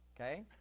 Okay